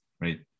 right